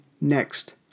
next